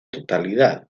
totalidad